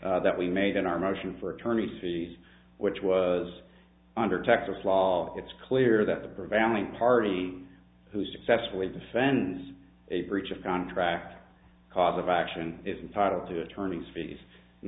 point that we made in our motion for attorney's fees which was under texas law all it's clear that the prevailing party who successfully defends a breach of contract cause of action is entitled to attorney's fees and